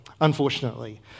unfortunately